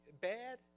bad